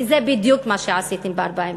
כי זה בדיוק מה שעשיתם ב-1948,